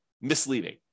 misleading